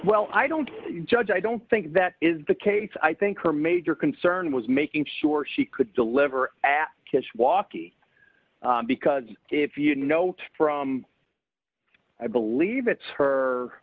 well i don't judge i don't think that is the case i think her major concern was making sure she could deliver at kishwaukee because if you know from i believe it's her